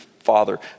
father